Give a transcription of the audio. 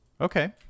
Okay